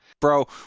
Bro